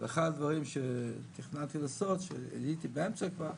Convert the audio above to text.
אחד הדברים שתכננתי לעשות שהייתי באמצע כבר,